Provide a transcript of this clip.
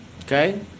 Okay